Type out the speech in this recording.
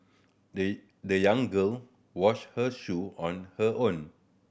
the the young girl washed her shoe on her own